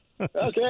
Okay